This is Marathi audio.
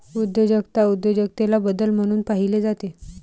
उद्योजकता उद्योजकतेला बदल म्हणून पाहिले जाते